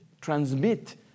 transmit